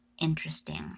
interesting